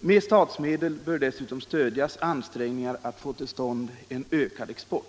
Med statsmedel bör man dessutom stödja ansträngningar att få till stånd en ökad export.